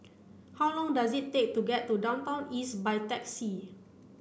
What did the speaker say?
how long does it take to get to Downtown East by taxi